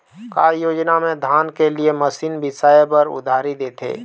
का योजना मे धान के लिए मशीन बिसाए बर उधारी देथे?